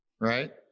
right